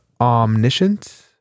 omniscient